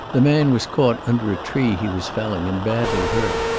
the man was caught under a tree he was felling, and badly hurt.